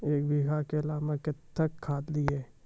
एक बीघा केला मैं कत्तेक खाद दिये?